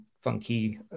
funky